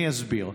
אני אסביר.